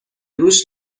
روش